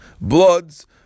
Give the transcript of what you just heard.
bloods